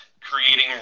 creating